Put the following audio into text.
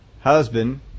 husband